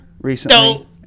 recently